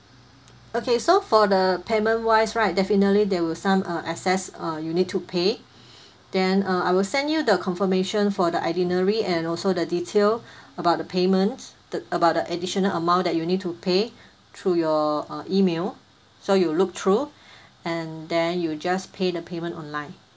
okay so for the payment wise right definitely there will some uh access(uh) you need to pay then uh I will send you the confirmation for the itinerary and also the detail about the payment the about the additional amount that you need to pay through your uh email so you look through and then you just pay the payment online